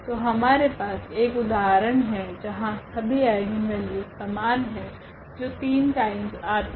तो हमारे पास एक उदाहरण है जहां सभी आइगनवेल्यूस समान है जो 3 टाइम्स आती है